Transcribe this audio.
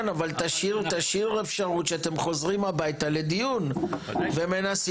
כן אבל תשאיר אפשרות שאתם חוזרים הביתה לדיון ומנסים